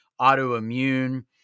autoimmune